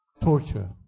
Torture